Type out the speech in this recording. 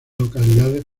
localidades